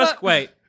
wait